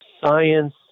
science